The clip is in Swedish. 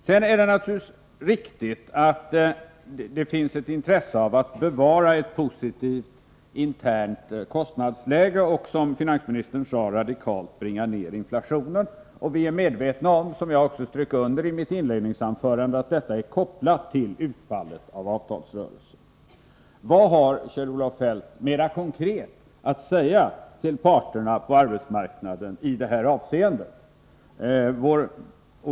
Det är naturligtvis riktigt att det finns ett intresse av att bevara ett positivt internt kostnadsläge och, som finansministern sade, radikalt bringa ned inflationen. Vi är medvetna om -— vilket jag också strök under i mitt inledningsanförande — att detta är kopplat till utfallet av avtalsrörelsen. Vad har Kjell-Olof Feldt mer konkret att säga till parterna på arbetsmarknaden i detta avseende?